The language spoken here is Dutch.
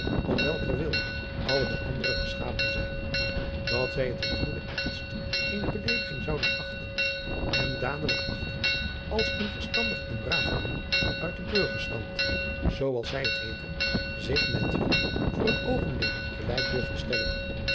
om welker wil alle de andere geschapen zijn dat zij het in goeden ernst eene beleediging zouden achten en dadelijk achten als een verstandig en braaf man uit den burgerstand zoo als zij het heeten zich met hun voor een oogenblik gelijk durfde stellen